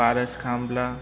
Paras Khambhala